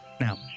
now